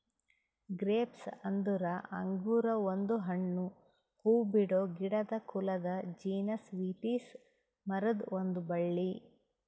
grapes ಅಂದುರ್ ಅಂಗುರ್ ಒಂದು ಹಣ್ಣು, ಹೂಬಿಡೋ ಗಿಡದ ಕುಲದ ಜೀನಸ್ ವಿಟಿಸ್ ಮರುದ್ ಒಂದ್ ಬಳ್ಳಿ